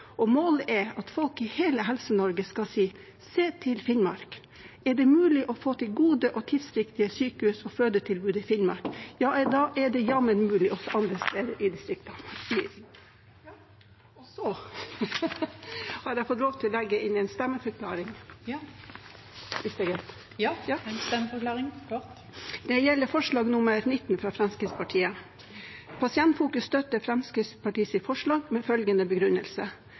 Målet er at folk i hele Helse-Norge skal si: «Se til Finnmark.» Er det mulig å få til gode og tidsriktige sykehus og fødetilbud i Finnmark? Da er det jammen mulig også andre steder i distriktene i Norge. Kan jeg få lov til å komme med en stemmeforklaring? Det gjelder forslag nr. 19, fra Fremskrittspartiet. Pasientfokus støtter Fremskrittspartiets forslag med følgende begrunnelse: